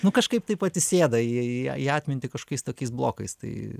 nu kažkaip taip atsisėda į atmintį kažkokiais tokiais blokais tai